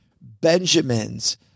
Benjamins